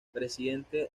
presidente